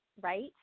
Right